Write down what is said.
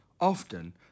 Often